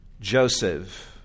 Joseph